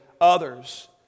others